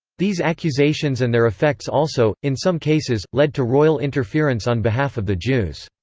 these accusations and their effects also, in some cases, led to royal interference on behalf of the jews.